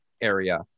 area